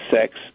sex